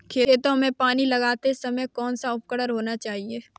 खेतों में पानी लगाते समय कौन सा उपकरण होना चाहिए?